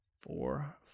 four